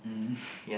mmhmm